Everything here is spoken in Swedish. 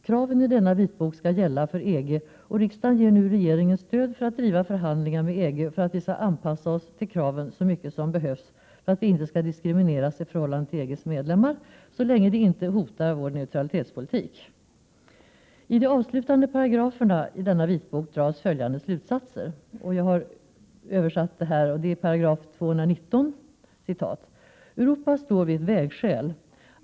Kraven i denna vitbok skall gälla för EG, och riksdagen ger nu regeringen stöd för att driva förhandlingar med EG för att Sverige skall anpassa sig till kraven så mycket som behövs för att inte diskrimineras i förhållande till EG:s medlemmar, så länge det inte hotar vår neutralitetspolitik. I § 219 i de avslutande paragraferna i vitboken dras följande slutsatser, som jag här har översatt: ”Europa står vid ett vägskäl.